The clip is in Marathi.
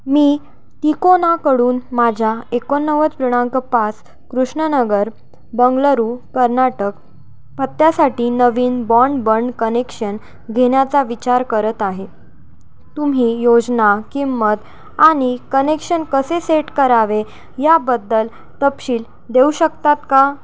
मी तिकोनाकडून माझ्या एकोणनव्वद पूर्णांक पाच कृष्णनगर बंगळुरू कर्नाटक पत्त्यासाठी नवीन बॉन्डबंड कनेक्शन घेण्याचा विचार करत आहे तुम्ही योजना किंमत आणि कनेक्शन कसे सेट करावे याबद्दल तपशील देऊ शकतात का